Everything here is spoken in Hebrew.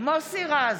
מוסי רז,